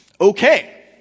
Okay